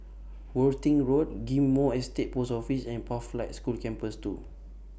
Worthing Road Ghim Moh Estate Post Office and Pathlight School Campus two